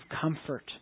comfort